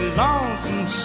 lonesome